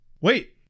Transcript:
Wait